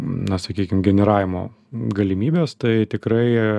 na sakykim generavimo galimybes tai tikrai